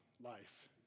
life